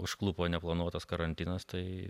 užklupo neplanuotas karantinas tai